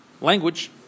language